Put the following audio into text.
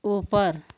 ऊपर